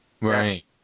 Right